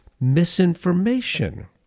misinformation